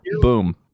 Boom